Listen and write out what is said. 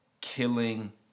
killing